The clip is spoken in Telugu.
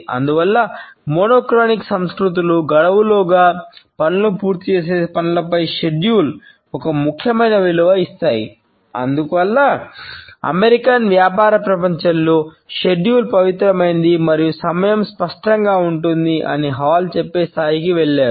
అందువల్ల మోనోక్రోనిక్ చెప్పే స్థాయికి వెళ్ళారు